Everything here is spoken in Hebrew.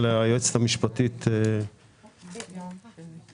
בבקשה, אדוני המנכ"ל.